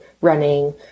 running